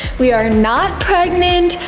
we are not pregnant.